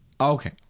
Okay